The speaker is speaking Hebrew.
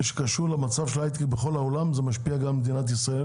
שקשור למצב ההייטק בכל העולם ומשפיע גם על מדינת ישראל.